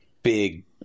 Big